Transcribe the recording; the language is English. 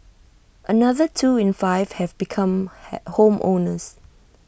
another two in five have become hey home owners